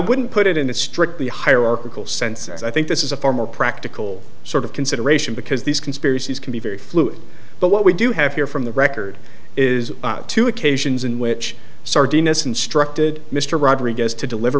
wouldn't put it in a strictly hierarchical sense i think this is a far more practical sort of consideration because these conspiracies can be very fluid but what we do have here from the record is two occasions in which sardine as instructed mr rodriguez to deliver